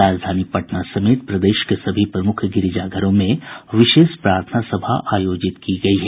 राजधानी पटना समेत प्रदेश के सभी प्रमुख गिरिजाघरों में विशेष प्रार्थना सभा आयोजित की गई हैं